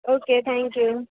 okay thank you